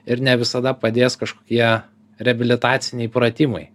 ir ne visada padės kažkokie reabilitaciniai pratimai